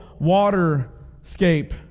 waterscape